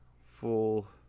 full